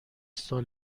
سال